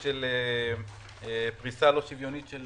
לגבי פריסה לא שוויונית של